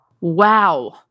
Wow